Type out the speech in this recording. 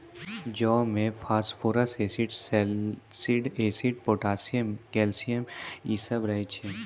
जौ मे phosphorus acid, सैलसिड एसिड, पोटाशियम, कैल्शियम इ सभ रहै छै